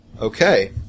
Okay